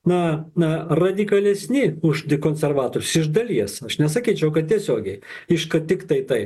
na na radikalesni už konservatorius iš dalies aš nesakyčiau kad tiesiogiai iš kad tiktai tai